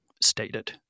stated